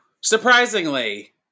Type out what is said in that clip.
Surprisingly